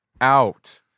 out